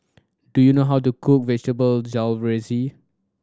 do you know how to cook Vegetable Jalfrezi